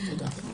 תודה.